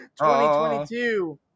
2022